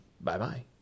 Bye-bye